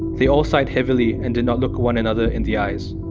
they all sighed heavily and did not look one another in the eyes.